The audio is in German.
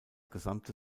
gesamte